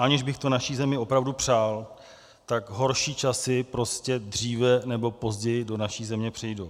Aniž bych to naší zemi opravdu přál, tak horší časy prostě dříve nebo později do naší země přijdou.